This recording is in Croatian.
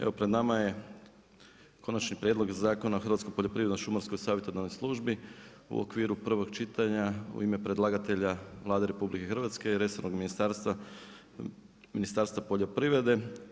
Evo pred nama je konačni prijedlog Zakona o Hrvatskoj poljoprivrednoj-šumarskoj savjetodavnoj službi, u okviru prvog čitanja u ime predlagatelja Vlada Republike Hrvatske i resornog ministarstva, Ministarstva poljoprivrede.